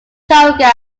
togo